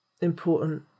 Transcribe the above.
important